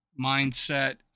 mindset